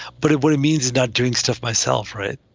but it what it means not doing stuff myself, right?